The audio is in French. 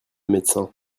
médecin